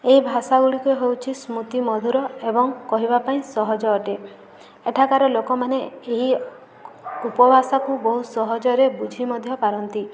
ଏହି ଭାଷା ଗୁଡ଼ିକ ହେଉଛି ସ୍ମୃତି ମଧୁର ଏବଂ କହିବା ପାଇଁ ସହଜ ଅଟେ ଏଠାକାର ଲୋକମାନେ ଏହି ଉପଭାଷାକୁ ବହୁତ ସହଜରେ ବୁଝି ମଧ୍ୟ ପାରନ୍ତି